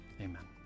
Amen